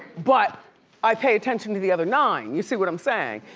but i pay attention to the other nine, you see what i'm sayin'?